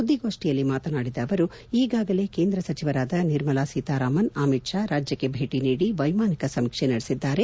ಸುದ್ದಿಗೋಷ್ಠಿಯಲ್ಲಿ ಮಾತನಾಡಿದ ಅವರು ಈಗಾಗಲೇ ಕೇಂದ್ರ ಸಚಿವರಾದ ನಿರ್ಮಲಾ ಸೀತಾರಾಮನ್ ಅಮಿತ್ ಪಾ ರಾಜ್ಯಕ್ಷೆ ಭೇಟಿ ನೀಡಿ ವೈಮಾನಿಕ ಸಮೀಕ್ಷೆ ನಡೆಸಿದ್ದಾರೆ